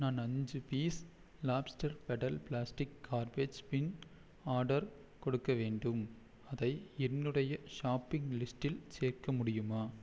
நான் அஞ்சு பீஸ் லாப்ளாஸ்ட் pedal plastic garbage bin order கொடுக்க வேண்டும் அதை என்னுடைய ஷாப்பிங் லிஸ்ட்டில் சேர்க்க முடியுமா